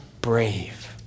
brave